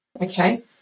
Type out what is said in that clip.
Okay